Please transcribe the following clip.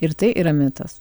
ir tai yra mitas